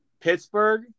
Pittsburgh